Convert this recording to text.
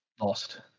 lost